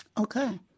Okay